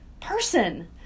person